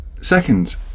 second